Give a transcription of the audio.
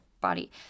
body